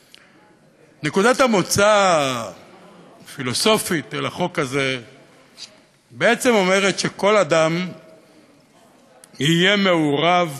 נקודת המוצא הפילוסופית של החוק הזה בעצם אומרת שכל אדם יהיה מעורב